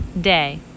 day